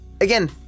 Again